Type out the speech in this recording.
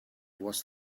was